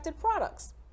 products